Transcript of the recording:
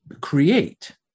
create